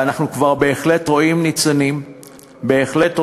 ואנחנו בהחלט רואים ניצנים,